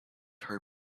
her